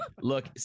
Look